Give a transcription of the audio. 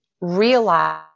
realize